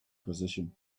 position